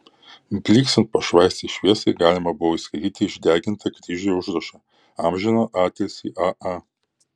blyksint pašvaistės šviesai galima buvo įskaityti išdegintą kryžiuje užrašą amžiną atilsį a a